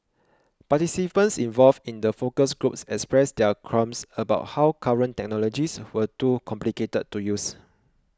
participants involved in the focus groups expressed their qualms about how current technologies were too complicated to use